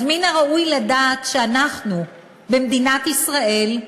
אז מן הראוי לדעת שאנחנו, במדינת ישראל,